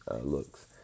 looks